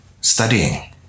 studying